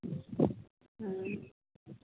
ꯎꯝ